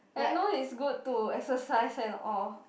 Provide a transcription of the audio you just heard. I know is good to exercise and all